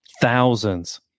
thousands